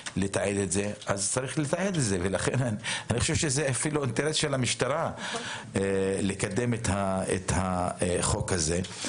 לכן זה צריך להיות אינטרס גם של המשטרה לקדם את החוק הזה.